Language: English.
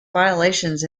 violations